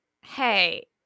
hey